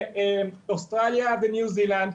אוסטרליה וניו זילנד,